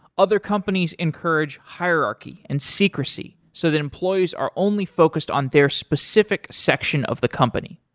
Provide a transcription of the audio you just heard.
other companies encourage hierarchy and secrecy, so that employers are only focused on their specific section of the company.